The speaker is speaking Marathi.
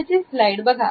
खालची स्लाईड बघा